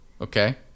Okay